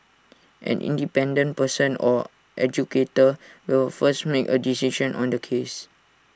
an independent person or adjudicator will first make A decision on the case